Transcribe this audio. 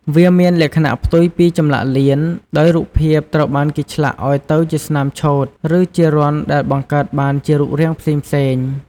វាមានលក្ខណៈផ្ទុយពីចម្លាក់លៀន ដោយរូបភាពត្រូវបានគេឆ្លាក់ឲ្យទៅជាស្នាមឆូត ឬជារន្ធដែលបង្កើតបានជារូបរាងផ្សេងៗ។